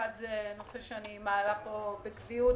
נושא אחד אני מעלה פה בקביעות.